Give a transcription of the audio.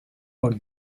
about